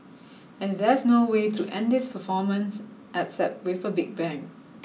and there's no way to end this performance except with a big bang